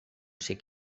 schick